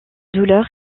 douleur